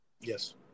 Yes